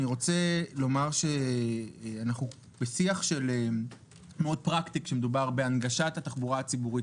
אני רוצה לומר שאנחנו בשיח פרקטי מאוד כשמדובר בהנגשת התחבורה הציבורית,